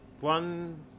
one